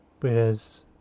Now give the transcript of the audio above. Whereas